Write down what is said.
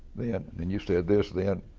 then, then you said this then.